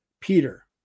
Peter